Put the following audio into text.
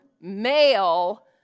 male